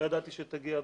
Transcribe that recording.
לא ידעתי שתגיע,